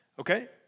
okay